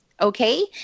Okay